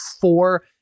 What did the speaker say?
four